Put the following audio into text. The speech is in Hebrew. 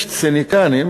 יש ציניקנים,